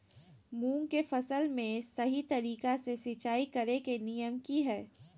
मूंग के फसल में सही तरीका से सिंचाई करें के नियम की हय?